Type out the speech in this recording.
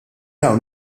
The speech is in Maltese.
hawn